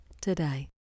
today